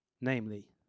namely